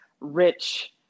rich